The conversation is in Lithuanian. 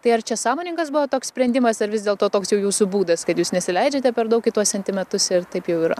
tai ar čia sąmoningas buvo toks sprendimas ar vis dėlto toks jau jūsų būdas kad jūs nesileidžiate per daug į tuos sentimetus ir taip jau yra